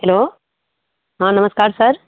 hello हाँ नमस्कार sir